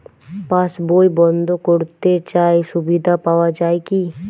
পাশ বই বন্দ করতে চাই সুবিধা পাওয়া যায় কি?